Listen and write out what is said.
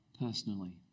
personally